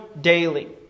daily